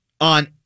on